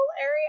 area